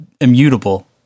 immutable